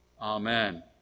Amen